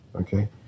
okay